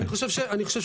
אני חושב שציינתי.